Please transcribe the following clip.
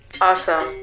Awesome